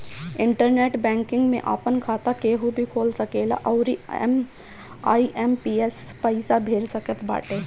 internet banking में आपन खाता केहू भी खोल सकेला अउरी आई.एम.पी.एस से पईसा भेज सकत बाटे